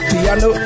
Piano